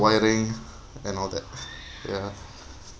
wiring and all that ya